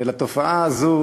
ולתופעה הזאת,